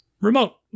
remote